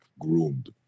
groomed